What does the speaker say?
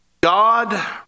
God